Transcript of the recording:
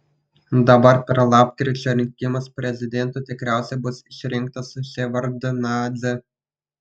dabar per lapkričio rinkimus prezidentu tikriausiai bus išrinktas ševardnadzė